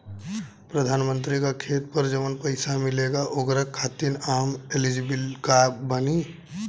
प्रधानमंत्री का खेत पर जवन पैसा मिलेगा ओकरा खातिन आम एलिजिबल बानी?